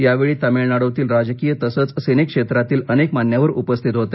यावेळी तामिळनाडूतील राजकीय तसंच सिने क्षेत्रातील अनेक मान्यवर उपस्थित होते